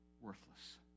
worthless